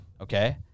Okay